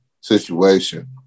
situation